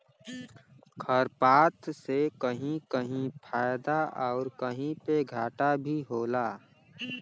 खरपात से कहीं कहीं फायदा आउर कहीं पे घाटा भी होला